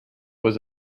was